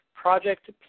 Project